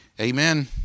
Amen